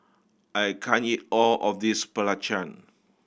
I can't eat all of this belacan